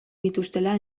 dituztela